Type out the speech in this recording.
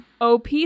OP